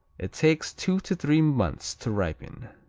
it takes two to three months to ripen.